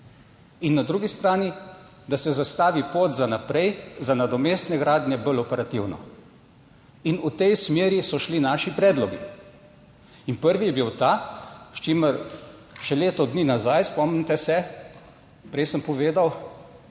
in na drugi strani, da se zastavi pot za naprej za nadomestne gradnje bolj operativno, in v tej smeri so šli naši predlogi. In prvi je bil ta s čimer še leto dni nazaj, spomnite se, prej sem povedal,